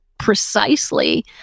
precisely